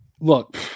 Look